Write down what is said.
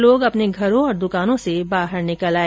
लोग अपने घरों और द्वकानों से बाहर निकल आए